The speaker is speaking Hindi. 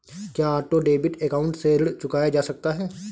क्या ऑटो डेबिट अकाउंट से ऋण चुकाया जा सकता है?